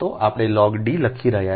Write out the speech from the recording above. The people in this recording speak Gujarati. તો આપણે લોગ D લખી રહ્યા છીએ